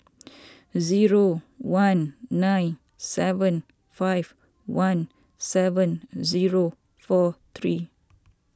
zero one nine seven five one seven zero four three